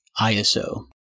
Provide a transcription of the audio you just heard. ISO